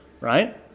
Right